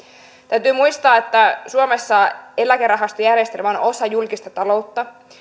täytyy muistaa että suomessa eläkerahastojärjestelmä on osa julkista taloutta